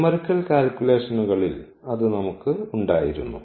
numerical കാൽക്കുലേഷനുകളിൽ അത് നമുക്ക് ഉണ്ടായിരുന്നു